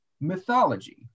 mythology